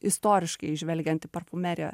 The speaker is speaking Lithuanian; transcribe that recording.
istoriškai žvelgiant į parfumeriją